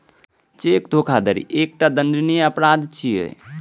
cheque धोखाधड़ी एकटा दंडनीय अपराध छियै